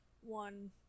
one